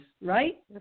right